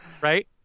right